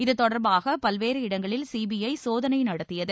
இது தொடர்பாக பல்வேறு இடங்களில் சிபிஐ சோதனை நடத்தியது